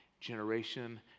Generation